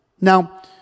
Now